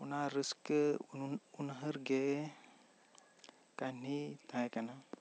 ᱚᱱᱟ ᱨᱟᱹᱥᱠᱟᱹ ᱩᱱᱦᱟᱹᱨ ᱜᱮ ᱠᱟᱹᱱᱦᱤ ᱛᱟᱦᱮᱸ ᱠᱟᱱᱟ